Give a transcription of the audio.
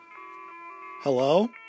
Hello